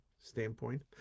standpoint